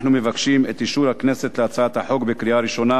אנחנו מבקשים מהכנסת לאשר את הצעת החוק בקריאה ראשונה